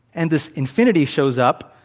and this infinity shows up,